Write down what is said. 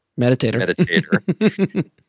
Meditator